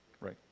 Right